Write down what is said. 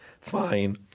fine